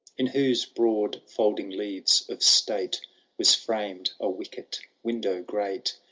in whose broad folding leaves of state was framed a wicket window-grate.